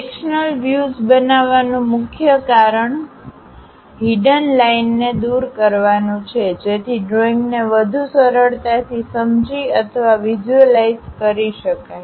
sectional વ્યુઝબનાવવાનું મુખ્ય કારણ હિડન લાઇનને દૂર કરવાનું છે જેથી ડ્રોઇંગને વધુ સરળતાથી સમજી અથવા વિઝ્યુઅલાઈઝ કરી શકાય